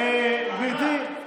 אין חובה כזאת.